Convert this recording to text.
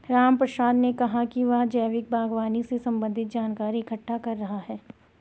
रामप्रसाद ने कहा कि वह जैविक बागवानी से संबंधित जानकारी इकट्ठा कर रहा है